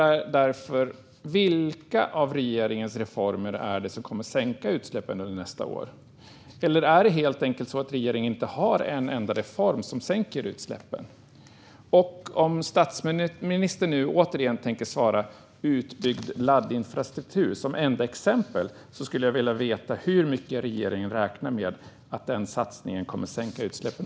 Vilka av regeringens reformer är det som kommer att sänka utsläppen under nästa år? Eller är det helt enkelt så att regeringen inte har en enda reform som sänker utsläppen? Om statsministern återigen tänker ha utbyggd laddinfrastruktur som enda exempel skulle jag vilja veta hur mycket regeringen räknar med att den satsningen kommer att sänka utsläppen.